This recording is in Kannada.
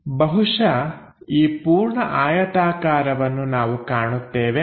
ಬಹುಶಃ ಈ ಪೂರ್ಣ ಆಯತಾಕಾರವನ್ನು ನಾವು ಕಾಣುತ್ತೇವೆ